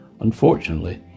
Unfortunately